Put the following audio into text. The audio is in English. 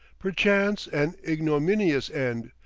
perchance an ignominious end,